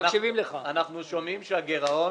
אנחנו שומעים שהגירעון